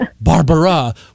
Barbara